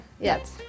yes